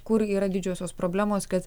kur yra didžiosios problemos kad